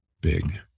big